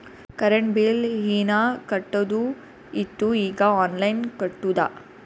current bill ಹೀನಾ ಕಟ್ಟದು ಇತ್ತು ಈಗ ಆನ್ಲೈನ್ಲೆ ಕಟ್ಟುದ